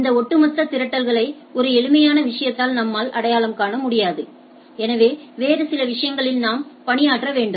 இந்த ஒட்டுமொத்த திரட்டலை ஒரு எளிமையான விஷயத்தால் நம்மால் அடையாளம் காண முடியாது எனவே வேறு சில விஷயங்களில் நாம் பணியாற்ற வேண்டும்